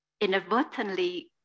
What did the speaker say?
inadvertently